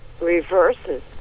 reverses